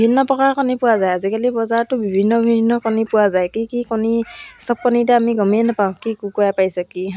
এইবিলাক লাহে লাহে মই অৰ্ডাৰ ল'ব পৰা হ'লোঁ মই ফেচবুক তাৰপিছত ইনষ্টাগ্ৰামত পেজ খুলি ল'লোঁ